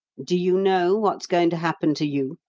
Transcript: do you know what's going to happen to you?